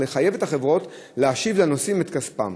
לחייב את החברות להשיב לנוסעים את כספם?